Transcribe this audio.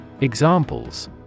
Examples